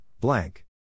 blank